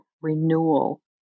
renewal